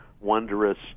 wondrous